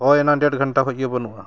ᱦᱳᱭ ᱚᱱᱟ ᱰᱮᱲ ᱜᱷᱚᱱᱴᱟ ᱠᱷᱚᱱᱜᱮ ᱵᱟᱹᱱᱩᱜᱼᱟ